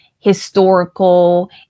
historical